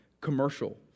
commercial